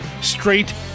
Straight